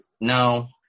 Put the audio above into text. No